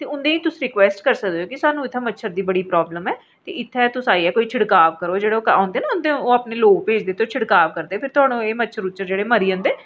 ते उ'नें गी तुस रिक्वेस्ट करी सकदे कि स्हानूं इत्थै मच्छर दी बड़ी परेशानी ऐ ते इत्थै तुस आइयै छिड़काव करो ओह् जेह्ड़े होंदे ना ओह् अपने लोक भेजदे ओह् फिर छिड़काव करदे फिर मच्छर जेह्ड़े न मरी जंदे न